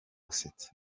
gusetsa